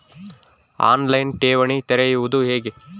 On line ಠೇವಣಿ ತೆರೆಯುವುದು ಹೇಗೆ?